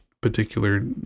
particular